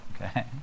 Okay